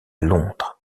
londres